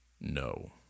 No